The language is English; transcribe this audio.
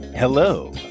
Hello